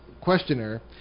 questioner